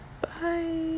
Bye